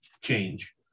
change